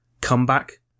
comeback